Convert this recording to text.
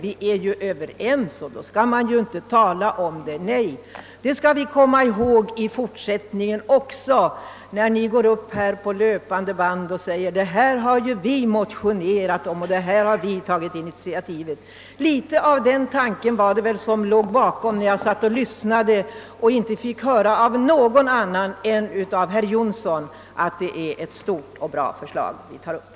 Vi är ju överens, och då skall man väl inte tala om det. Detta skall vi komma ihåg i fortsättningen också, när ni stiger upp här på löpande band och säger: »Detta har ju vi motionerat om, och detta har ju vi tagit initiativet till!» Litet av den tanken var det väl som på borgerligt håll låg bakom, eftersom det inte var någon annan än herr Jonsson som medgav att det är ett stort och bra förslag som vi tar upp.